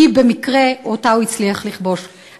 כי במקרה אותה הוא הצליח לכבוש.